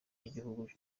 y’igihugu